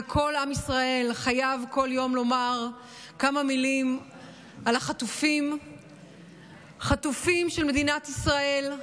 וכל עם ישראל חייב לומר כל יום כמה מילים על החטופים של מדינת ישראל,